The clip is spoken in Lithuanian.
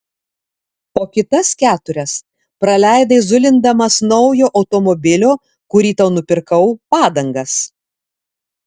o kitas keturias praleidai zulindamas naujo automobilio kurį tau nupirkau padangas